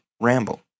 ramble